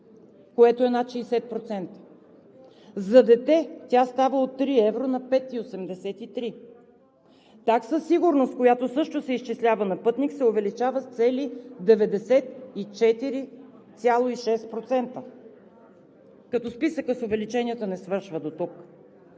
което е над 60%, за дете тя става от 3 евро на 5,83 евро. Такса сигурност, която също се изчислява на пътник се увеличава с цели 94,6%, като списъкът с увеличенията не свършва дотук.